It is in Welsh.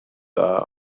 dda